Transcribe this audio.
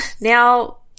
now